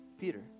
Peter